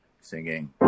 singing